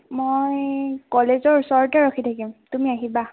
মই কলেজৰ ওচৰতে ৰখি থাকিম তুমি আহিবা